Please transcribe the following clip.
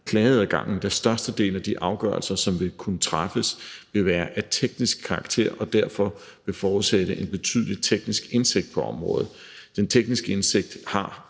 klageadgangen, da størstedelen af de afgørelser, som vil kunne træffes, vil være af teknisk karakter og derfor vil forudsætte en betydelig teknisk indsigt på området. Den tekniske indsigt har